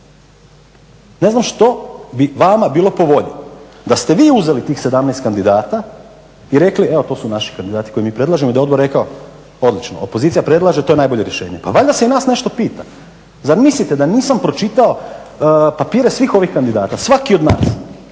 Ne znam što bi vama bilo po volji? Da ste vi uzeli tih 17 kandidata i rekli evo to su naši kandidati koje mi predlažemo i da je odbor rekao odlično opozicija predlaže, to je najbolje rješenje. Pa valjda se i nas nešto pita. Zar mislite da nisam pročitao papire svih ovih kandidata, svaki od nas,